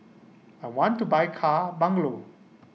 I want to buy car bungalow